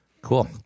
cool